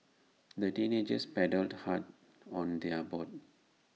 the teenagers paddled hard on their boat